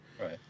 Right